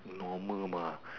normal mah